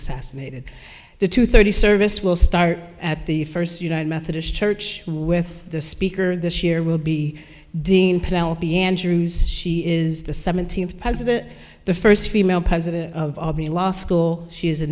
assassinated the two thirty service will start at the first united methodist church with the speaker this year will be dean penelope andrews she is the seventeenth president the first female president of all the law school she is a